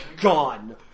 gone